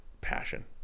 Passion